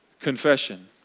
confession